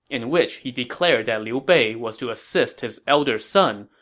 in which he declared that liu bei was to assist his elder son,